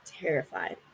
terrified